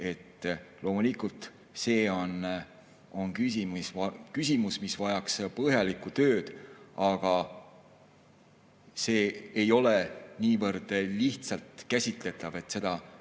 Loomulikult on see küsimus, mis vajaks põhjalikku tööd, aga see ei ole niivõrd lihtsalt käsitletav, et ma